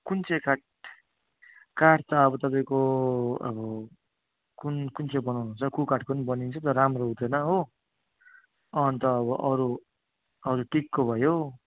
कुन चाहिँ काठ काठ त अब तपाईँको अब कुन कुन चाहिँ बनाउनु हुन्छ कुकाठको नि बनिन्छ तर राम्रो हुँदैन हो अन्त अब अरू हजुर टिकको भयो